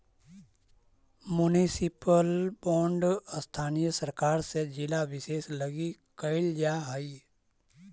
municipal bond स्थानीय सरकार से जिला विशेष लगी कैल जा हइ